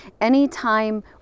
Anytime